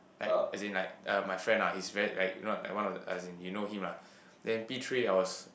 like is in like uh my friend lah he's very like you know what like one of the as in you know him lah then P three I was